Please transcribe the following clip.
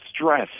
stress